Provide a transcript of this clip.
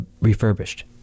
refurbished